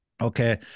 Okay